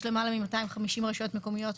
יש למעלה מ-250 רשויות מקומיות.